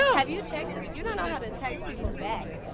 have you checked you don't know how to text people back.